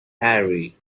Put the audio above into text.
harry